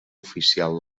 oficial